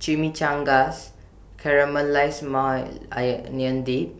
Chimichangas Caramelized Maui Dip